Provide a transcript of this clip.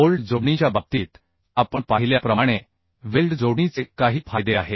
bolt जोडणीच्या बाबतीत आपण पाहिल्याप्रमाणे वेल्ड जोडणीचे काही फायदे आहेत